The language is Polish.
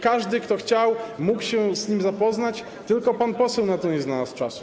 Każdy, kto chciał, mógł się z nim zapoznać, tylko pan poseł na to nie znalazł czasu.